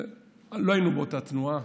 לא היינו באותה התנועה,